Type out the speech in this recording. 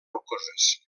rocoses